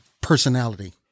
personality